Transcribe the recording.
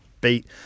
beat